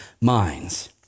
minds